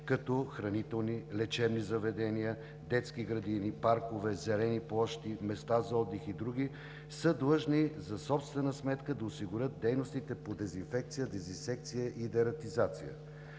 като хранителни, лечебни заведения, детски градини, паркове, зелени площи, места за отдих и други, са длъжни за собствена сметка да осигуряват дейностите по дезинфекции, дезинсекции и дератизации.